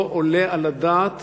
לא עולה על הדעת